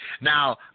Now